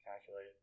Calculate